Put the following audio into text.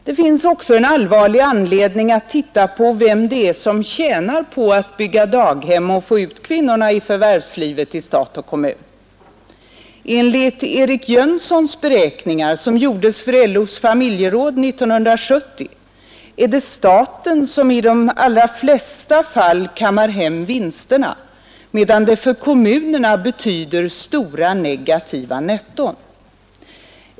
Det finns också allvarlig anledning att titta på vem det är som tjänar på att bygga daghem och få ut kvinnorna i förvärvslivet i stat och kommun. Enligt Erik Jönssons beräkningar, som gjordes för LO:s familjeråd 1970, är det staten som i de flesta fall kammar hem vinsterna, medan det för kommunerna betyder stora negativa netton.